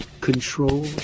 control